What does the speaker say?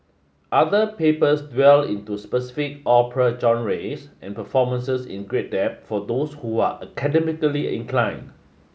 other papers dwell into specific opera genres and performances in great depth for those who are academically inclined